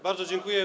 Bardzo dziękuję.